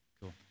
Cool